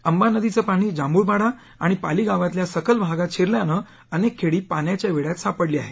अंबा नदीचं पाणी जांभुळपाडा आणि पाली गावातल्या सखल भागांत शिरल्यानं अनेक खेडी पाण्याच्या वेढ्य़ात सापडली आहे